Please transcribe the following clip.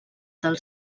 del